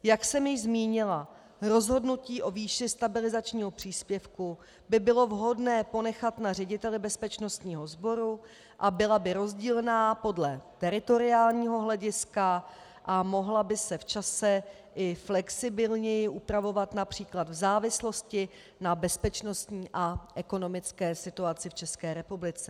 Jak jsem již zmínila, rozhodnutí o výši stabilizačního příspěvku by bylo vhodné ponechat na řediteli bezpečnostního sboru a byla by rozdílná podle teritoriálního hlediska a mohla by se v čase i flexibilněji upravovat, například v závislosti na bezpečnostní a ekonomické situaci v České republice.